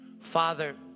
Father